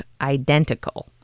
identical